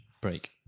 break